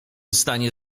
stanie